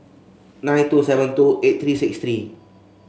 nine two seven two eight three six three